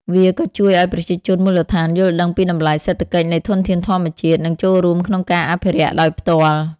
វាក៏ជួយឱ្យប្រជាជនមូលដ្ឋានយល់ដឹងពីតម្លៃសេដ្ឋកិច្ចនៃធនធានធម្មជាតិ និងចូលរួមក្នុងការអភិរក្សដោយផ្ទាល់។